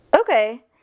Okay